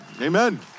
Amen